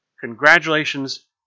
Congratulations